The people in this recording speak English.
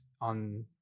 on